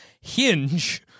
hinge